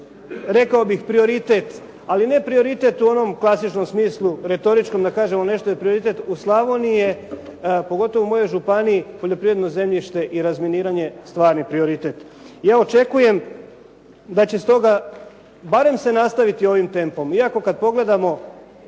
rekao bih prioritet. Ali ne prioritet, u onom klasičnom smislu, retoričkom, da kažemo, nešto je prioritet, u Slavoniji je pogotovo u moj županiji poljoprivredno zemljište i razminiranje stvarni prioritete. Ja očekujem da će stoga, barem se nastaviti ovim tempom. Iako kada pogledamo